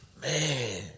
Man